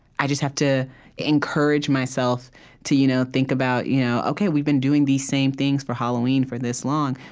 i just have to encourage myself to you know think about you know ok, we've been doing these same things for halloween for this long.